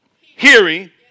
Hearing